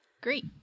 Great